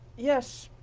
yes,